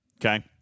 okay